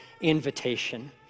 invitation